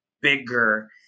bigger